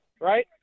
right